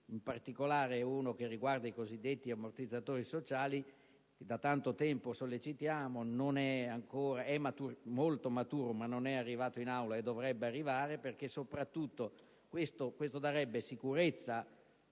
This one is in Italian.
in particolare uno che riguarda i cosiddetti ammortizzatori sociali, che da tanto tempo sollecitiamo. È molto maturo, ma non è arrivato in Aula e vi dovrebbe giungere, perché questo darebbe sicurezza